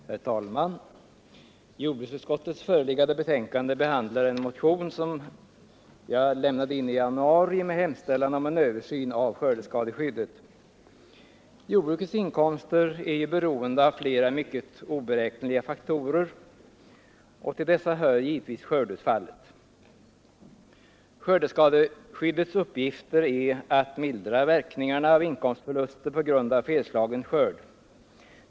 Herr talman! Jordbruksutskottets förevarande betänkande behandlar en motion som jag väckte i januari med hemställan om en översyn av skördeskadeskyddet. 47 Jordbrukets inkomster är beroende av flera mycket oberäkneliga faktorer. Till dessa hör givetvis skördeutfallet. Skördeskadeskyddets uppgifter är att mildra verkningarna av inkomstförluster på grund av felslagen skörd.